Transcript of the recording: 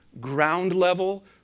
ground-level